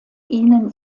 ihnen